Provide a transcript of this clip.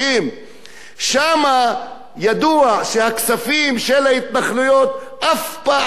ידוע שהכספים של ההתנחלויות אף פעם לא הצטמצמו,